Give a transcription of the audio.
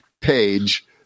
page